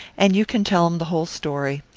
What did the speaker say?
and you can tell him the whole story.